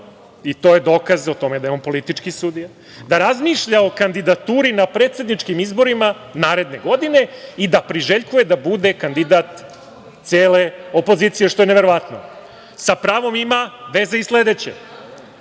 i to je dokaz o tome da je on politički sudija, da razmišlja o kandidaturi na predsedničkim izborima naredne godine i da priželjkuje da bude kandidat cele opozicije, što je neverovatno. Sa pravom ima veze i sledeće.